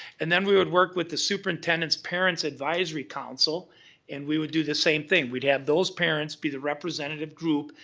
and, then, we would work with the superintendent's parent advisory council and we would do the same thing. we'd have those parents be the representative group,